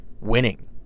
winning